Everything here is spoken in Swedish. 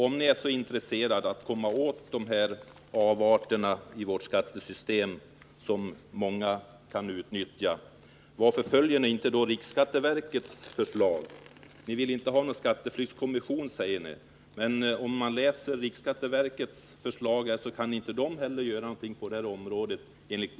Om ni är så intresserade av att komma åt dessa avarter i vårt skattesystem, som många kan utnyttja, varför följer ni då inte riksskatteverkets förslag? Ni säger att ni inte vill ha någon skatteflyktskommission. Men läser man riksskatteverkets förslag finner man att inte heller detta verk kan göra något.